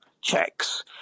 checks –